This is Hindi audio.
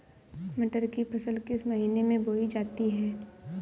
मटर की फसल किस महीने में बोई जाती है?